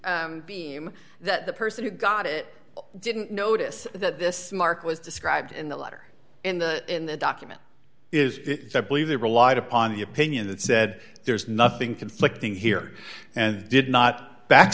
to beam that the person who got it didn't notice that this mark was described in the letter in the in the document is i believe they relied upon the opinion that said there's nothing conflicting here and did not back